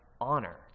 honor